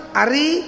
ari